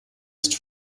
ist